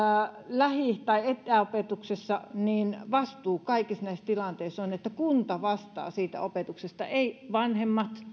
lähi tai etäopetuksessa niin vastuu kaikissa näissä tilanteissa on että kunta vastaa siitä opetuksesta ei vanhemmat